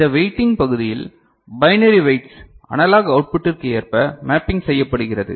இந்த வெயிட்டிங் பகுதியில் binary weights analog அவுட்புட்டிற்கு ஏற்ப மேப்பிங் செய்யப்படுகிறது